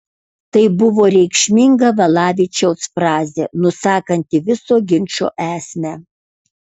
tai buvo reikšminga valavičiaus frazė nusakanti viso ginčo esmę